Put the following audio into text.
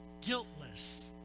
guiltless